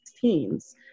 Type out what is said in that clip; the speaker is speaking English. teens